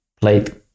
played